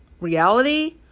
reality